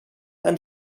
and